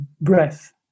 breath